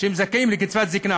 כשהם זכאים לקצבת זיקנה,